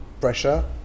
pressure